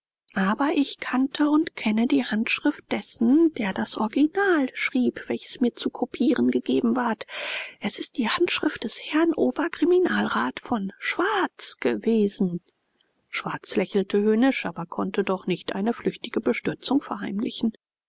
aber ich kannte und kenne die handschrift dessen der das original schrieb welches mir zu kopieren gegeben ward es ist die handschrift des herrn oberkriminalrat von schwarz gewesen schwarz lächelte höhnisch aber konnte doch nicht eine flüchtige bestürzung verheimlichen